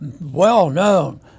well-known